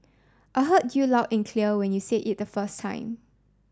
I heard you loud and clear when you said it the first time